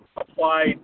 applied